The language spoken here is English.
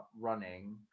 running